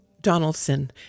Donaldson